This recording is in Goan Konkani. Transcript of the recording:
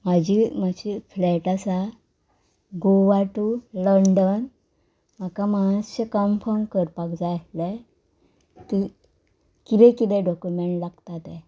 म्हाजी मातशी फ्लायट आसा गोवा टू लंडन म्हाका मातशें कन्फम करपाक जाय आसलें की किदें किदें डॉक्युमेंट लागता ते